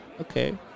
okay